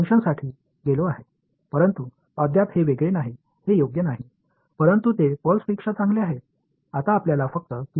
எனவே நான் இப்போது தொடர்ச்சியான அடிப்படை செயல்பாட்டிற்கு மாறிவிட்டேன் ஆனால் இன்னும் வேறுபடுத்த முடியாதது அது மென்மையாக இல்லை ஆனால் இது பல்ஸை விட சிறந்தது